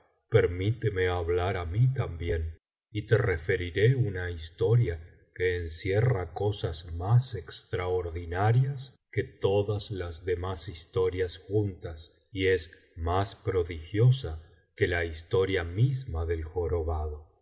permíteme hablar á mí también y te referiré una historia que encierra cosas más extraordinarias que todas las demás historias juntas y es más prodigiosa que la historia misma del jorobado